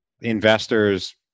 investors